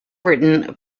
written